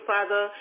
Father